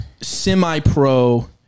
semi-pro